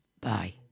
bye